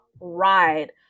ride